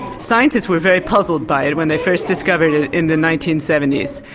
scientists were very puzzled by it when they first discovered it in the nineteen seventy s.